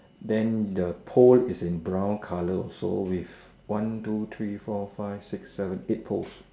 then the pole is in brown colour also with one two three four five six seven eight poles